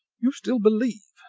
you still believe,